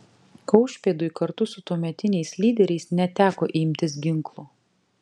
kaušpėdui kartu su tuometiniais lyderiais neteko imtis ginklų